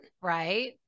Right